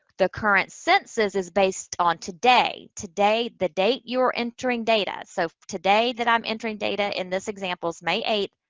the current census is based on today. today, the date you are entering data. so, today that i'm entering data in this example is may eighth.